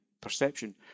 perception